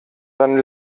dann